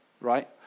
right